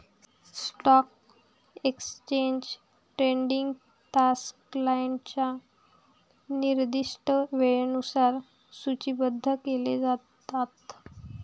stock exchange trading तास क्लायंटच्या निर्दिष्ट वेळेनुसार सूचीबद्ध केले जातात